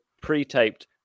pre-taped